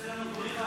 עושה לנו פריחה.